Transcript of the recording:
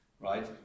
right